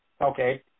Okay